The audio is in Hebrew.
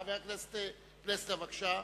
חבר הכנסת פלסנר, בבקשה.